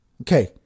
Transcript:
Okay